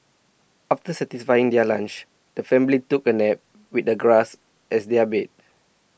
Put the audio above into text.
after satisfying their lunch the family took a nap with the grass as their bed